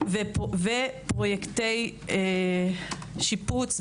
ופרויקטי שיפוץ,